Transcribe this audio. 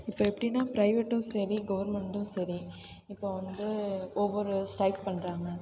இப்போ எப்படின்னா பிரைவேட்டும் சரி கவர்மெண்டும் சரி இப்போ வந்து ஒவ்வொரு ஸ்ட்ரைக் பண்ணுறாங்க